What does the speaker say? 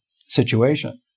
situation